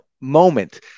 moment